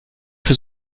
für